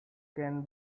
can